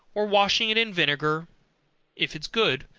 or washing it in vinegar is good,